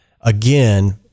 Again